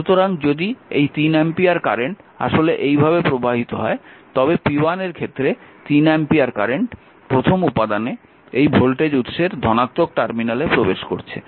সুতরাং যদি এই 3 অ্যাম্পিয়ার কারেন্ট আসলে এইভাবে প্রবাহিত হয় তবে p1 এর ক্ষেত্রে 3 অ্যাম্পিয়ার কারেন্ট প্রথম উপাদানে এই ভোল্টেজ উত্সের ধনাত্মক টার্মিনালে প্রবেশ করছে